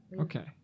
Okay